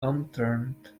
unturned